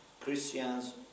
Christians